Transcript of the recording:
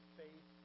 faith